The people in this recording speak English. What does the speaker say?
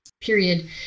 period